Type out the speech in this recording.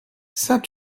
saint